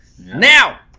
Now